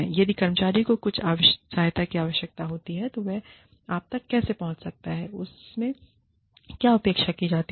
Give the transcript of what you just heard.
यदि कर्मचारी को कुछ सहायता की आवश्यकता होती है तो वह आप तक कैसे पहुँच सकता है उससे क्या अपेक्षा की जाती है